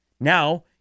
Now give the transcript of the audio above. Now